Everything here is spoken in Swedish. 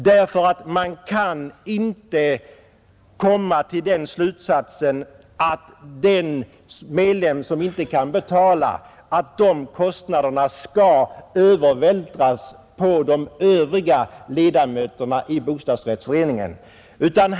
De kostnader som en medlem inte kan 6 maj 1971 bestrida kan nämligen inte övervältras på de övriga medlemmarna i bostadsrättsföreningen.